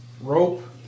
Rope